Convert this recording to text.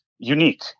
unique